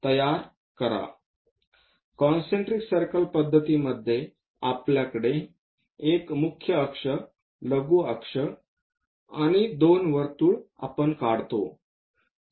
concentric circle पद्धतीमध्ये आपल्याकडे एक मुख्य अक्ष लघु अक्ष आणि दोन वर्तुळ आपण काढतो